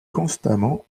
constamment